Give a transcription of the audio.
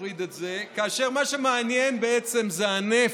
כאשר מה שמעניין, בעצם, זה הנפט.